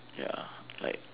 ya like